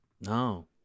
No